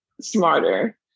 smarter